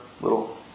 Little